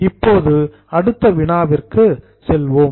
இப்போது அடுத்த வினாவிற்கு செல்வோம்